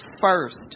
first